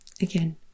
again